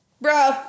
Bro